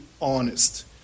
honest